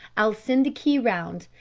i'll send the key round,